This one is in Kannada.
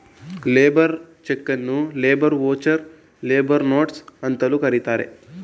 ಲೇಬರ್ ಚಕನ್ನು ಲೇಬರ್ ವೌಚರ್, ಲೇಬರ್ ನೋಟ್ಸ್ ಅಂತಲೂ ಕರೆಯುತ್ತಾರೆ